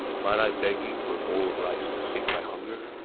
might i beg you for a bowl of rice to sate my hunger?